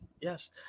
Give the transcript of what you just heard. Yes